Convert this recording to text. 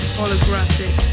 holographic